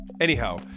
Anyhow